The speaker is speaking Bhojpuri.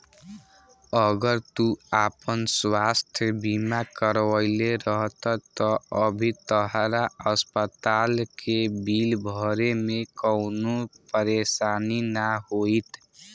अगर तू आपन स्वास्थ बीमा करवले रहत त अभी तहरा अस्पताल के बिल भरे में कवनो परेशानी ना होईत